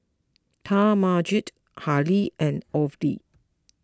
Talmadge Halle and Orvel